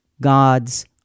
God's